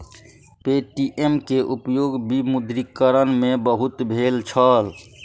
Paytm के उपयोग विमुद्रीकरण में बहुत भेल छल